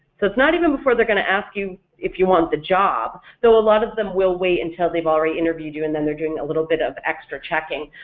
so it's not even before they're going to ask you if you want the job, though a lot of them will wait until they've already interviewed you and then they're doing a little bit of extra checking,